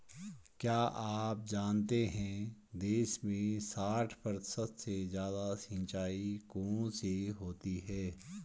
क्या आप जानते है देश में साठ प्रतिशत से ज़्यादा सिंचाई कुओं से होती है?